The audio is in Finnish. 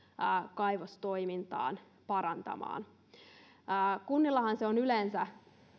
kaivostoimintaan kunnillahan on yleensä